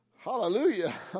Hallelujah